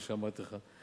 כפי שאמרתי לך.